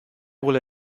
will